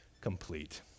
complete